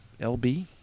LB